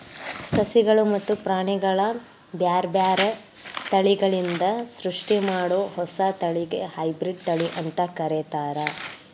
ಸಸಿಗಳು ಮತ್ತ ಪ್ರಾಣಿಗಳ ಬ್ಯಾರ್ಬ್ಯಾರೇ ತಳಿಗಳಿಂದ ಸೃಷ್ಟಿಮಾಡೋ ಹೊಸ ತಳಿಗೆ ಹೈಬ್ರಿಡ್ ತಳಿ ಅಂತ ಕರೇತಾರ